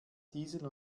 diesel